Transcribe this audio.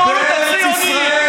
הציוני,